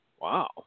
Wow